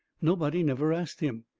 nobody never asked him.